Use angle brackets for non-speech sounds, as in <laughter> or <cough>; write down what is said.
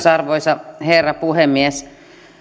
<unintelligible> arvoisa herra puhemies